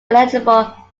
eligible